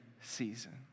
season